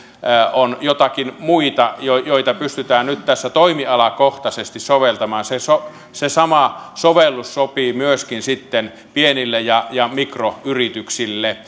on joitakin muita joita pystytään nyt tässä toimialakohtaisesti soveltamaan se sama sovellus sopii myöskin sitten pienille ja ja mikroyrityksille